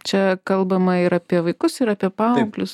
čia kalbama ir apie vaikus ir apie paauglius